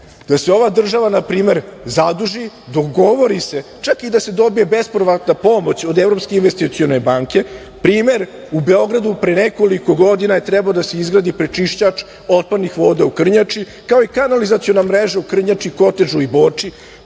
da se ova država na primer zaduži, dok govori se, čak i da se dobije bespovratna pomoć od Evropske investicione banke, primer u Beogradu pre nekoliko godina je trebao da se izgradi prečišćač otpadnih voda u Krnjači, kao i kanalizaciona mreža u Krnjači, Kotežu i Borči,